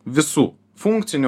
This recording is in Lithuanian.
visų funkcinių